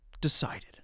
decided